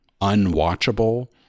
unwatchable